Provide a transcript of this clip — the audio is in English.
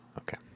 Okay